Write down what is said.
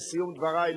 בסיום דברי,